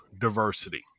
diversity